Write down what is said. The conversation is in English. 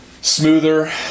smoother